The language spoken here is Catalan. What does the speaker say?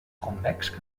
convex